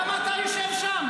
בוא, למה אתה יושב שם?